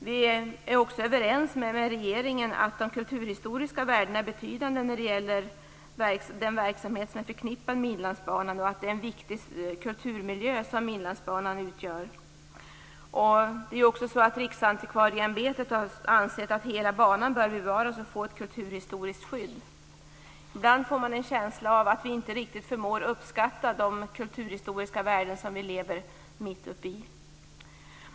Vi är också överens med regeringen om att de kulturhistoriska värdena är betydande när det gäller den verksamhet som är förknippad med Inlandsbanan och att det är en viktig kulturmiljö som Inlandsbanan utgör. Det är också så att Riksantikvarieämbetet har ansett att hela banan bör bevaras och få ett kulturhistoriskt skydd. Ibland får man en känsla av att vi inte riktigt förmår uppskatta de kulturhistoriska värden som vi lever mitt i.